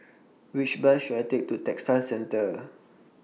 Which Bus should I Take to Textile Centre